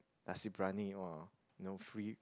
Nasi-Briyani !wah! you know free